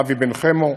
אבי בן-חמו,